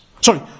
Sorry